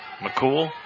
McCool